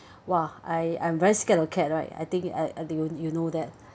!wah! I I'm very scared of cat right I think I think you you know that